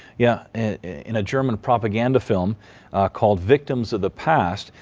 yeah and in a german propaganda film called victims of the past,